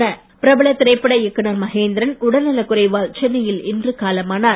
மகேந்திரன் பிரபல திரைப்பட இயக்குநர் மகேந்திரன் உடல் நலக் குறைவால் சென்னையில் இன்று காலமானார்